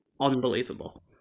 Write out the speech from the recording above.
unbelievable